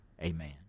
Amen